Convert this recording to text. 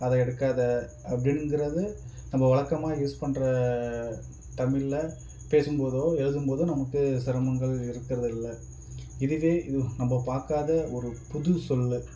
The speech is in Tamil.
அதை எடுக்காதே அப்படின்ங்குறது நம்ம வழக்கமாக யூஸ் பண்ணுற தமிழ்ல பேசும் போதோ எழுதும் போதோ நமக்கு சிரமங்கள் இருக்கிறது இல்லை இதுவே இது நம்ம பார்க்காத ஒரு புது சொல்